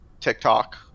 TikTok